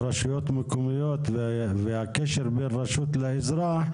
הקיים בעניין רשויות מקומיות והקשר בין רשות לאזרח,